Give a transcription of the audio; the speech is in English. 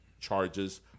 charges